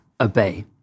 obey